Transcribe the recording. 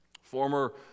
former